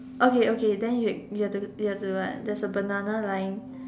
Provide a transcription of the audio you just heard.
okay okay then then you have the what the banana lying